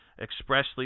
expressly